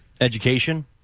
Education